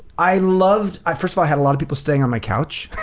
i loved i first of all had a lot of people staying on my couch.